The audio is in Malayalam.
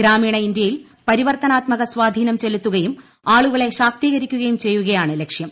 ഗ്രാമീണ ഇന്ത്യയെ പരിവർത്തനാത്മക സ്വാധീനം ചെലുത്തുകയും ആളുകളെ ശാക്തികരിക്കുകയും ചെയ്യുകയാണ് ലക്ഷ്യം